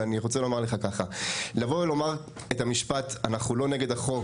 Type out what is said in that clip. ואני רוצה לומר לך ככה: לבוא ולומר את המשפט 'אנחנו לא נגד החוק'